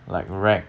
like racks